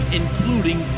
including